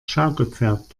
schaukelpferd